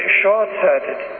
short-sighted